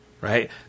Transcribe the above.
Right